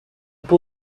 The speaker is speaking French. peut